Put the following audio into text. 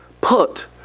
put